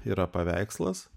yra paveikslas